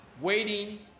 waiting